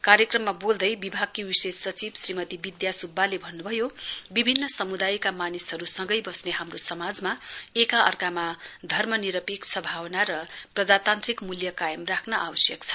कार्यक्रममा बोल्दै विभागकी विशेष सचिव श्रीमती विधा स्ब्बाले भन्न्भयो विभिन्न समुदायका मानिसहरूसित सँगै बस्ने हाम्रो समाजमा एका अर्कामा धर्मनिरपेक्षताको भावना र प्रजातान्त्रिक मूल्य कायम राख्न आवश्यक छ